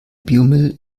biomüll